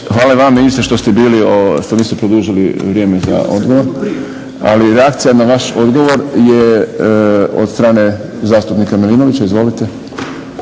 Hvala i vama ministre što ste bili, što niste produžili vrijeme za odgovor, ali reakcija na vaš odgovor je od strane zastupnika Milinovića. Izvolite.